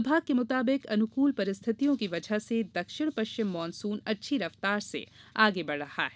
विभाग के मुताबिक अनुकूल परिस्थितियों की वजह से दक्षिण पश्चिम मानसून अच्छी रफ्तार से आगे बढ़ रहा है